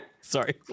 Sorry